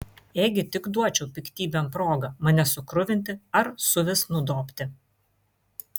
ėgi tik duočiau piktybėm progą mane sukruvinti ar suvis nudobti